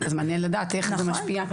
אז מעניין לדעת איך זה משפיע.